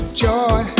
joy